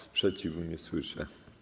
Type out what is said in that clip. Sprzeciwu nie słyszę.